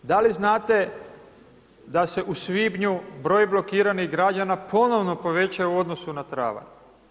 Da li znate, da se u svibnju broj blokiranih građana ponovno povećaju u odnosu na travanj.